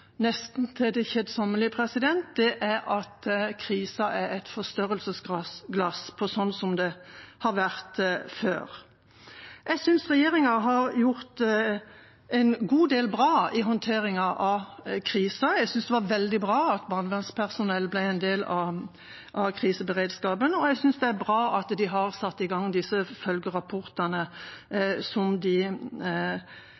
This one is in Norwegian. nesten til det kjedsommelige, er krisen et forstørrelsesglass på slik det var før. Jeg synes regjeringa har gjort en god del bra i håndteringen av krisa. Jeg synes det er veldig bra at barnevernspersonell ble en del av kriseberedskapen. Jeg synes det er bra at de har satt i gang disse